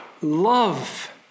Love